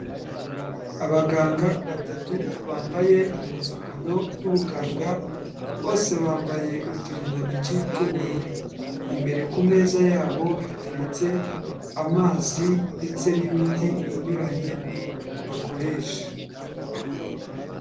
Abaganga batatu bambaye impuzankano y'ubuganga, bose bambaye uturindantoki tw'ubururu, imbere ku meza yabo hateretse amazi ndetse n'imiti inyuranye bakoresha.